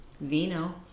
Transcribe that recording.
Vino